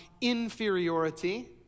inferiority